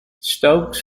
stokes